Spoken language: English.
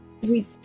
We-